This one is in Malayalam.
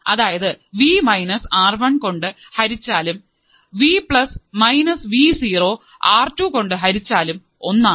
അതായത് വി മൈനസ് ആർ വൺ കൊണ്ട് ഹരിച്ചാലും V plus minus V zero R two കൊണ്ട് ഹരിച്ചാലും ഒന്നാണ്